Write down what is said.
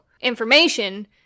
information